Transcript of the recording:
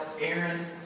Aaron